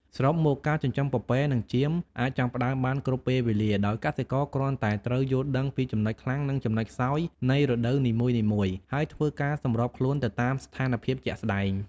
សរុបមក ការចិញ្ចឹមពពែនិងចៀមអាចចាប់ផ្តើមបានគ្រប់ពេលវេលា ដោយកសិករគ្រាន់តែត្រូវយល់ដឹងពីចំណុចខ្លាំងនិងចំណុចខ្សោយនៃរដូវនីមួយៗ ហើយធ្វើការសម្របខ្លួនទៅតាមស្ថានភាពជាក់ស្តែង។